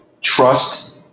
Trust